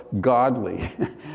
godly